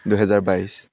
দুহেজাৰ বাইছ